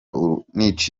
urubanza